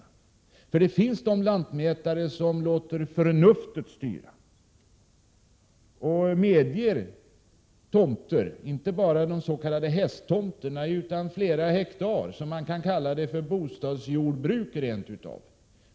Visserligen finns det lantmätare som låter förnuftet styra och som medger inte bara ”hästtomter” utan också tomter på flera hektar, som rent av kan benämnas bostadsjordbruk.